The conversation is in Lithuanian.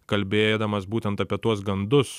kalbėdamas būtent apie tuos gandus